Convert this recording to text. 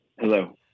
Hello